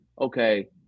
okay